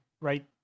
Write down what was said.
right